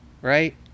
Right